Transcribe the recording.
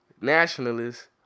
nationalist